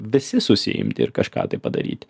visi susiimti ir kažką tai padaryti